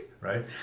right